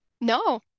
No